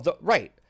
Right